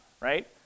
right